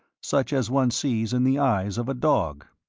such as one sees in the eyes of a dog.